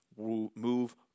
move